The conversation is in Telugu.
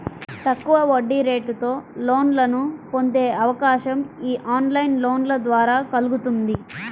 తక్కువ వడ్డీరేటుతో లోన్లను పొందే అవకాశం యీ ఆన్లైన్ లోన్ల ద్వారా కల్గుతుంది